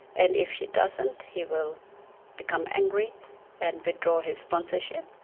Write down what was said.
and if she doesn't, he will become angry and withdraw his sponsorship.